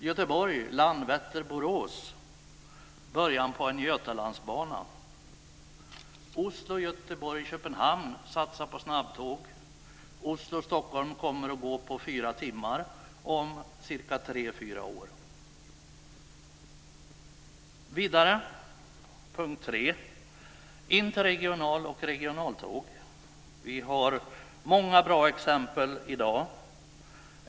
Vi har också sträckan Göteborg-Landvetter-Borås - början på en För det tredje: interregional och regionaltåg. Vi har många bra exempel i dag.